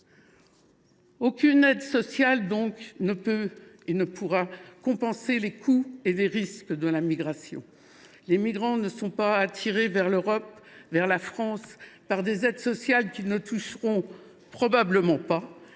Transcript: Aucune aide sociale ne peut et ne pourra compenser les coûts et les risques de la migration. Les migrants ne sont pas attirés vers l’Europe ou vers la France par des aides sociales qu’ils ne toucheront probablement pas,